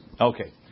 Okay